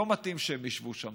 לא מתאים שהם ישבו שם.